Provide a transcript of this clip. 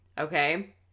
okay